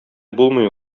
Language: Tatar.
булмый